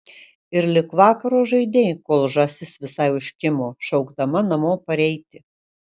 ir lig vakaro žaidei kol žąsis visai užkimo šaukdama namo pareiti